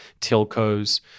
telcos